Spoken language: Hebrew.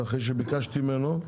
אחרי שביקשתי ממנו,